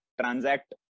transact